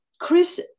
Chris